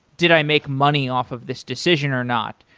did i make money off of this decision or not?